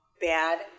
bad